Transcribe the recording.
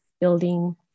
building